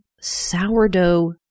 sourdough